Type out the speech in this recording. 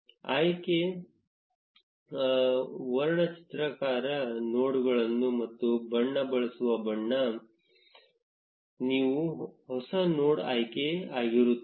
ಆಯ್ಕೆ ವರ್ಣಚಿತ್ರಕಾರ ನೋಡ್ಗಳನ್ನು ಮತ್ತು ಬಣ್ಣ ಬಯಸುವ ಬಣ್ಣ ನಿಮ್ಮ ಹೊಸ ನೋಡ್ ಆಯ್ಕೆ ಆಗಿರುತ್ತದೆ